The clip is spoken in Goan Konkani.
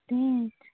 तेंच